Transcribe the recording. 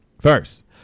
first